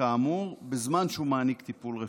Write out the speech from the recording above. כאמור בזמן שהוא מעניק טיפול רפואי.